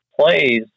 plays